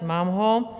Mám ho.